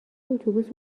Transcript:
اتوبوس